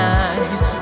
eyes